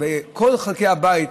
וכל חלקי הבית,